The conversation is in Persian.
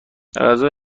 غذای